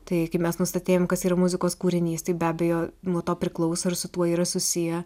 tai kai mes nustatinėjam kas yra muzikos kūrinys tai be abejo nuo to priklauso ir su tuo yra susiję